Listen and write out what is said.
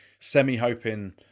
semi-hoping